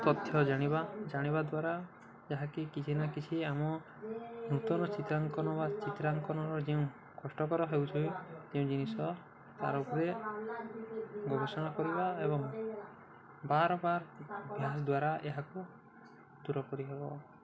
ତଥ୍ୟ ଜାଣିବା ଜାଣିବା ଦ୍ୱାରା ଯାହାକି କିଛି ନା କିଛି ଆମ ନୂତନ ଚିତ୍ରାଙ୍କନ ବା ଚିତ୍ରାଙ୍କନର ଯେଉଁ କଷ୍ଟକର ହେଉଛି ଯେଉଁ ଜିନିଷ ତା'ର ଉପରେ ଗୋବେଷଣା କରିବା ଏବଂ ବାର୍ ବାର୍ ଅଭ୍ୟାସ ଦ୍ୱାରା ଏହାକୁ ଦୂର କରିହେବ